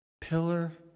Pillar